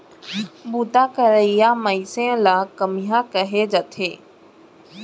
बूता करइया मनसे ल कमियां कहे जाथे